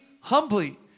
humbly